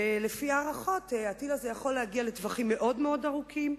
לפי ההערכות הטיל הזה יכול להגיע לטווחים מאוד ארוכים,